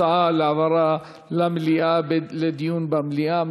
הצעה להעברה לדיון במליאה.